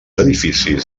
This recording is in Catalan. edificis